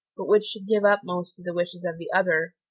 but which should give up most to the wishes of the other.